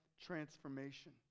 transformation